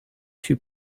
two